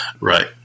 Right